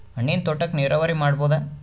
ಹಣ್ಣಿನ್ ತೋಟಕ್ಕ ನೀರಾವರಿ ಮಾಡಬೋದ?